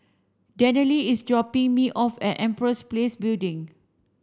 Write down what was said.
Danielle is dropping me off at Empress Place Building